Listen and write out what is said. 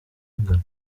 ingano